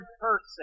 person